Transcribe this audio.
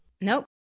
Nope